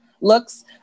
looks